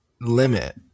limit